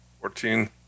fourteen